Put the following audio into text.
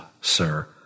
sir